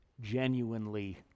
genuinely